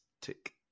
Tick